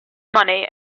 money